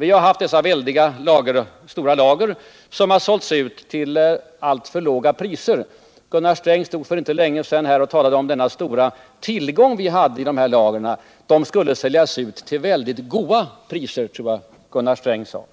Vi har tidigare haft stora lager, som har sålts ut till alltför låga priser. Gunnar Sträng stod för inte alltför länge sedan här och talade om den stora tillgång vi hade i lager, som skulle säljas ut till väldigt ”goa priser”, som jag tror han sade.